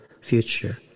future